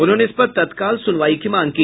उन्होंने इस पर तत्काल सुनवाई की मांग की